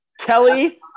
Kelly